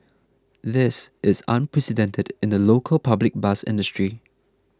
this is unprecedented in the local public bus industry